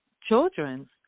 children